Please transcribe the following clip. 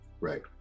Right